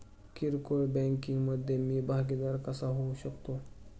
किरकोळ बँकिंग मधे मी भागीदार कसा होऊ शकतो?